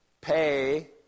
pay